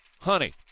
honey